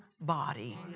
body